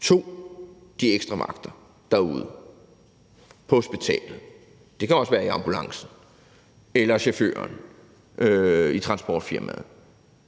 de ekstra vagter derude på hospitalet – det kan også være i ambulancen eller transportfirmaet.